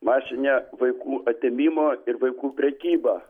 masinę vaikų atėmimo ir vaikų prekybą